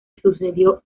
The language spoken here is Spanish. sucedió